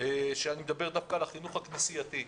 ואני מדבר על החינוך הכנסייתי.